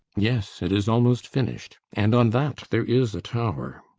yes. it is almost finished. and on that there is a tower.